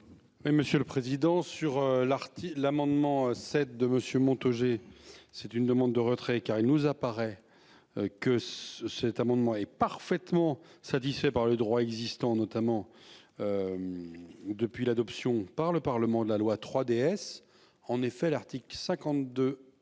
Monsieur le Président, sur l'article l'amendement cette de Monsieur Montaugé. C'est une demande de retrait car il nous apparaît. Que cet amendement est parfaitement satisfait par le droit existant, notamment. Depuis l'adoption par le parlement de la loi 3DS. En effet, l'article 52.